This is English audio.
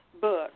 book